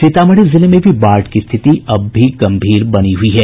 सीतामढ़ी जिले में भी बाढ़ की स्थिति अब भी गम्भीर बनी हुई है